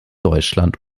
deutschland